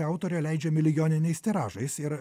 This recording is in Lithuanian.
autorė leidžia milijoniniais tiražais ir